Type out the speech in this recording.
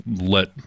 let